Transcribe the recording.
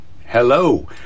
hello